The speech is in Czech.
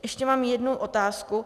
Ještě mám jednu otázku.